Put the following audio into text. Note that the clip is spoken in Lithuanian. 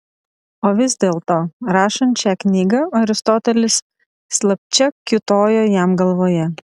o vis dėlto rašant šią knygą aristotelis slapčia kiūtojo jam galvoje